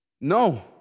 No